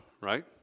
right